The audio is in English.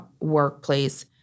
workplace